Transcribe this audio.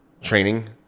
training